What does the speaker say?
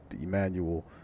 Emmanuel